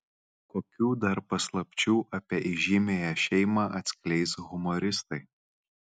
kokių dar paslapčių apie įžymiąją šeimą atskleis humoristai